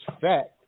fact